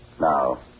Now